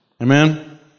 Amen